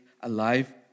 alive